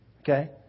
okay